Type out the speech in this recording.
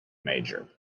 major